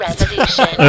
Revolution